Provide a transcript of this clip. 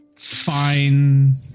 fine